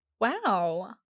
wow